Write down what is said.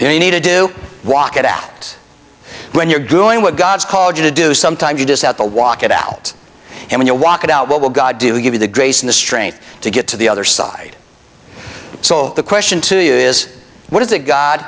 out you need to do walk at it when you're doing what god called you to do sometimes you just out to walk it out and when you walk out what will god do we give you the grace and the strength to get to the other side so the question to you is what is it god